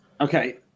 Okay